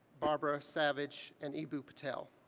barbara savage and eboo patel.